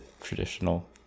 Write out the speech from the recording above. traditional